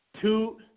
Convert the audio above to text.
two